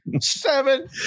seven